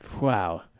Wow